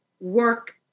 work